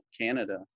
Canada